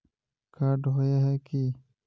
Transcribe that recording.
Card होय है की?